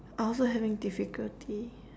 I also having difficulty